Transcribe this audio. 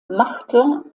martin